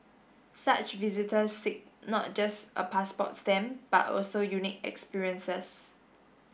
such visitors seek not just a passport stamp but also unique experiences